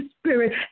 spirit